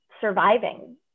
surviving